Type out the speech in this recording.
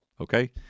Okay